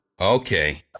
Okay